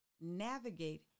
navigate